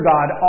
God